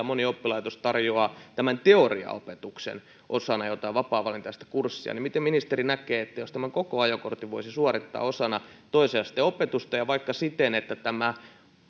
moni oppilaitos tarjoaa teoriaopetuksen osana jotain vapaavalintaista kurssia miten ministeri näkee voisiko tämän koko ajokortin suorittaa osana toiseen asteen opetusta ja vaikka siten että